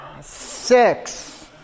six